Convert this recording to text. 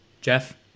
Jeff